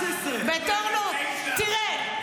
תראה,